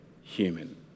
human